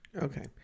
Okay